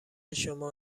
شما